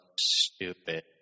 stupid